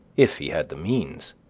if he had the means.